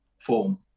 form